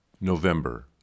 November